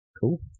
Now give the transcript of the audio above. Cool